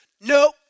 nope